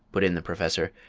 put in the professor,